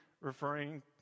referring